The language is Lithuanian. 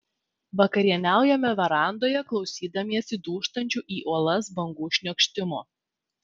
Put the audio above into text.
vakarieniaujame verandoje klausydamiesi dūžtančių į uolas bangų šniokštimo